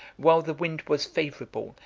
while the wind was favorable,